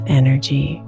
energy